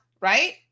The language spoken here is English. right